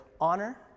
honor